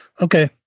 Okay